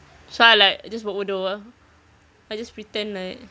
so I like just buat bodoh ah I just pretend like